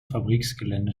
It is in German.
fabriksgelände